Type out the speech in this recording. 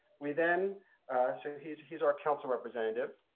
we then so he's he's our council representative.